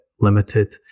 limited